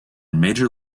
major